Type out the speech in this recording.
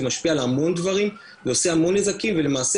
זה משפיע על המון דברים ועושה המון נזקים ולמעשה